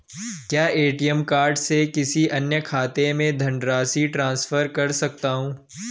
क्या ATM card से किसी अन्य खाते में धनराशि ट्रांसफर कर सकता हूँ?